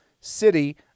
city